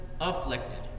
afflicted